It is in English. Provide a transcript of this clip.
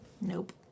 Nope